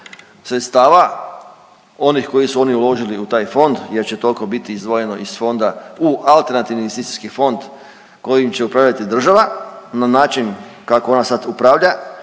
sredstava, onih koje su oni uložili u taj fond jer će tolko biti izdvojeno iz fonda u AIF kojim će upravljati država, na način kako ona sad upravlja